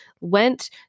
went